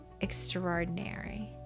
extraordinary